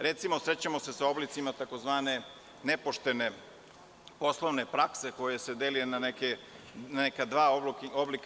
Recimo, srećemo se sa oblicima tzv. nepoštene poslovne prakse koja se deli na neka dva oblika.